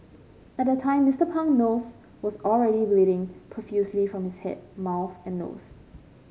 at the time Mister Pang nose was already bleeding profusely from his head mouth and nose